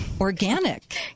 Organic